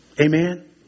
amen